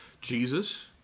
Jesus